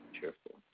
Cheerful